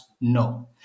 no